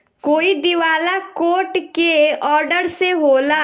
कोई दिवाला कोर्ट के ऑर्डर से होला